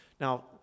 now